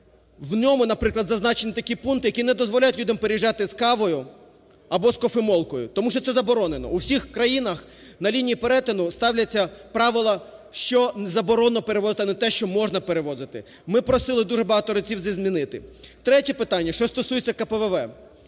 В ньому, наприклад, зазначені такі пункти, які не дозволяють людям переїжджати з кавою або з кофемолкою, тому що це заборонено. У всіх країнах на лінії перетину ставляться правила, що заборонено перевозити, а не те, що можна перевозити. Ми просили дуже багато разів це змінити. Третє питання. Що стосується КПВВ.